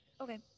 Okay